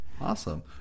Awesome